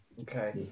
Okay